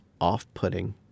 off-putting